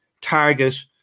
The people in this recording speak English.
target